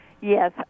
Yes